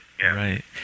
right